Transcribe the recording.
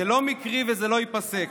זה לא מקרי וזה לא ייפסק.